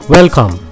Welcome